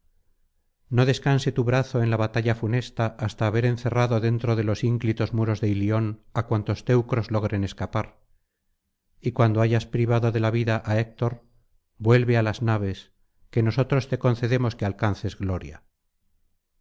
no descanse tu brazo en la batalla funesta hasta haber encerrado dentro de los ínclitos muros de ilion á cuantos teucros logren escapar y cuando hayas privado de la vida á héctor vuelve á las naves que nosotros te concedemos que alcances gloria